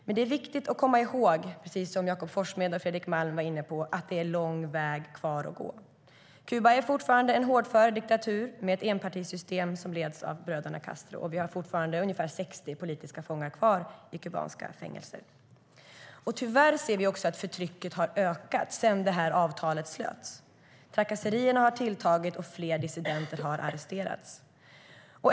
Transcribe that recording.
Men precis som Jakob Forssmed och Fredrik Malm var inne på är det viktigt att komma ihåg att det är lång väg kvar att gå. Kuba är fortfarande en hårdför diktatur med ett enpartisystem som leds av bröderna Castro, och det finns fortfarande ungefär 60 politiska fångar kvar i kubanska fängelser. Tyvärr ser vi också att förtrycket har ökat sedan avtalet slöts. Trakasserierna har tilltagit och fler dissidenter har arresterats.